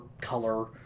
color